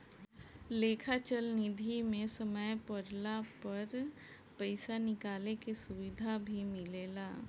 लेखा चल निधी मे समय पड़ला पर पइसा निकाले के सुविधा भी मिलेला